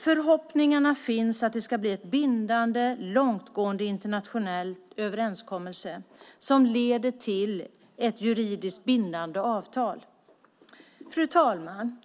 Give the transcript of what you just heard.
Förhoppningarna finns att det ska bli en bindande, långtgående internationell överenskommelse som leder till ett juridiskt bindande avtal. Fru ålderspresident!